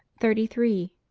thirty three.